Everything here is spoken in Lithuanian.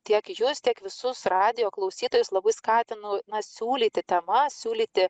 tiek jus tiek visus radijo klausytojus labai skatinu na siūlyti temas siūlyti